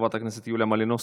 חברת הכנסת יוליה מלינובסקי.